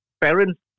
parents